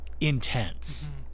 intense